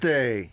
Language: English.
Day